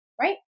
right